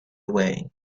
away